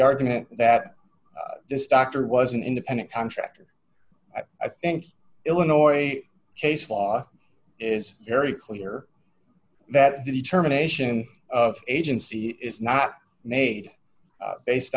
argument that this doctor was an independent contractor i think illinois case law is very clear that the determination of agency is not made based